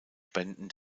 spenden